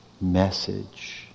message